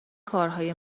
کارهای